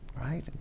right